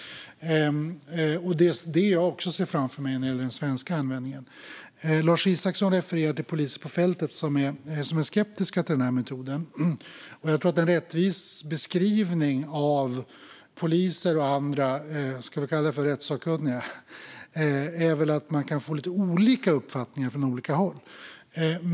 Det är också detta som jag ser framför mig när det gäller den svenska användningen. Lars Isacsson refererar till poliser på fältet som är skeptiska till den här metoden. Och jag tror att det är en rättvis beskrivning av poliser och andra så kallade rättssakkunniga att man kan få lite olika uppfattningar från olika håll.